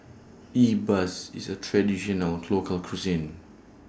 E Bus IS A Traditional Local Cuisine